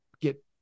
get